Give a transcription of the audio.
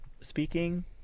speaking